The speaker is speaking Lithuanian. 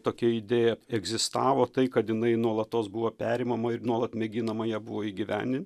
tokia idėja egzistavo tai kad jinai nuolatos buvo perimama ir nuolat mėginama ją buvo įgyvendint